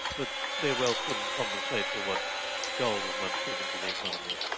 but their wealth couldn't compensate for what gold had once given to the economy.